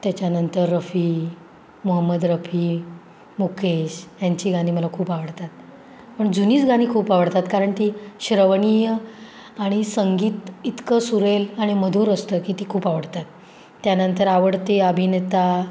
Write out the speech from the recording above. त्याच्यानंतर रफी मोहम्मद रफी मुकेश यांची गाणी मला खूप आवडतात पण जुनीच गाणी खूप आवडतात कारण ती श्रवणीय आणि संगीत इतकं सुरेल आणि मधुर असतं की ती खूप आवडतात त्यानंतर आवडते अभिनेता